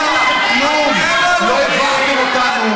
לא הבכתם אותנו.